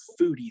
foodies